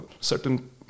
certain